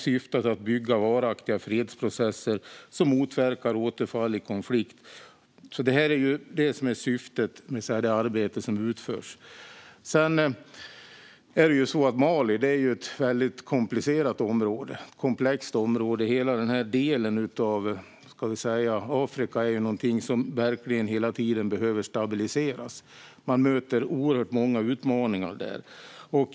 Syftet är att bygga varaktiga fredsprocesser som motverkar återfall i konflikt. Det är alltså syftet med det arbete som utförs. Mali är ett komplicerat och komplext område. Hela den delen av Afrika behöver hela tiden stabiliseras, och man möter oerhört många utmaningar där.